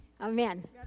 amen